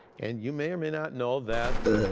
and you may or may not know that